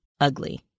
ugly